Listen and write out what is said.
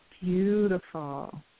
Beautiful